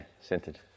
centered